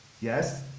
yes